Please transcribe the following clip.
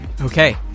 okay